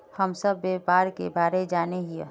हम सब व्यापार के बारे जाने हिये?